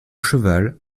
cheval